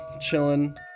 chilling